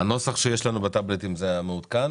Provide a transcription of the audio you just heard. הנוסח שיש לנו בטאבלטים זה המעודכן?